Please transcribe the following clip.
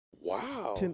Wow